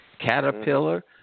Caterpillar